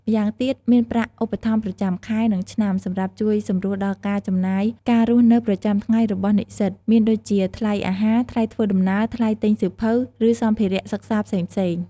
ម្យ៉ាងទៀត មានប្រាក់ឧបត្ថម្ភប្រចាំខែ និងឆ្នាំ សម្រាប់ជួយសម្រួលដល់ការចំណាយការរស់នៅប្រចាំថ្ងៃរបស់និស្សិត មានដូចជាថ្លៃអាហារ ថ្លៃធ្វើដំណើរ ថ្លៃទិញសៀវភៅ ឬសម្ភារៈសិក្សាផ្សេងៗ។